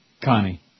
Connie